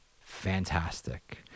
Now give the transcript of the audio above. fantastic